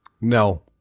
No